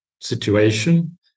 situation